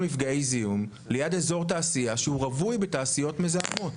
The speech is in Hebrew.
מפגעי זיהום ליד אזור תעשייה שהוא רווי בתעשיות מזהמות.